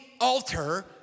altar